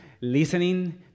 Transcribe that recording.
listening